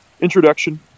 introduction